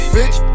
Bitch